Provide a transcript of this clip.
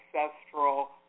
ancestral